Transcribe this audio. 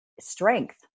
strength